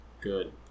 Good